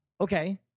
Okay